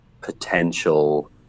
potential